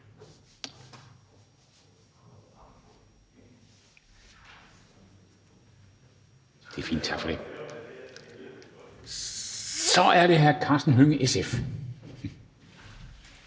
Det er fint, tak for det. Så er det hr. Karsten Hønge, SF.